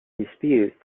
disputes